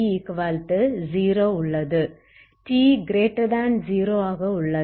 t0 ஆக உள்ளது